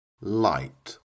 light